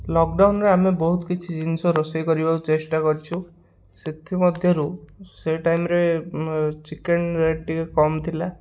ଲକଡ଼ାଉନ୍ରେ ଆମେ ବହୁତ କିଛି ଜିନିଷ ରୋଷେଇ କରିବାକୁ ଚେଷ୍ଟା କରିଛୁ ସେଥିମଧ୍ୟରୁ ସେ ଟାଇମ୍ରେ ଚିକେନ୍ ରେଟ୍ ଟିକେ କମ୍ ଥିଲା